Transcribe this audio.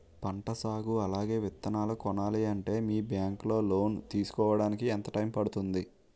పంట సాగు అలాగే విత్తనాలు కొనాలి అంటే మీ బ్యాంక్ లో లోన్ తీసుకోడానికి ఎంత టైం పడుతుంది?